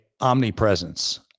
omnipresence